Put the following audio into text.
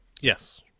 Yes